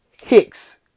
Hicks